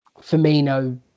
Firmino